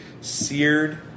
seared